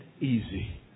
easy